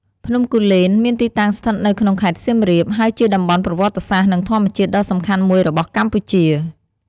ភ្នំគូលែន មានទីតាំងស្ថិតនៅក្នុងខេត្តសៀមរាប ហើយជាតំបន់ប្រវត្តិសាស្ត្រនិងធម្មជាតិដ៏សំខាន់មួយរបស់កម្ពុជា។